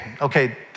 Okay